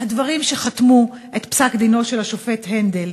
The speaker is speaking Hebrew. הדברים שחתמו את פסק-דינו של השופט הנדל